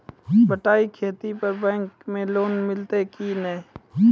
बटाई खेती पर बैंक मे लोन मिलतै कि नैय?